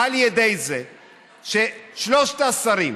על ידי זה ששלושת השרים,